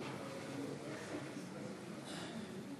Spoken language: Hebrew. אדוני ראש הממשלה,